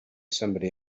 somebody